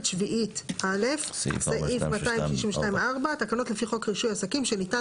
שביעית א' (סעיף 262(4)) תקנות לפי חוק רישוי עסקים שניתן